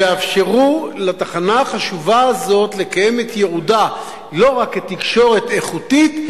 שיאפשרו לתחנה החשובה הזאת לקיים את ייעודה לא רק כתקשורת איכותית,